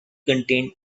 contained